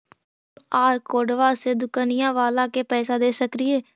QR कोडबा से दुकनिया बाला के पैसा दे सक्रिय?